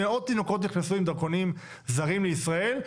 מאות תינוקות נכנסו עם דרכונים זרים לישראל,